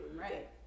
Right